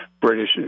British